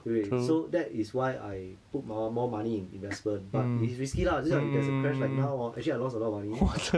对不对 so that is why I put mor~ more money in investment but it is risky lah 就是这样 if there's a crash like now hor actually I lost alot of money but